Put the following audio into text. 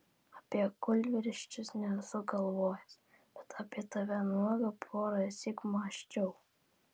apie kūlvirsčius nesu galvojęs bet apie tave nuogą porąsyk mąsčiau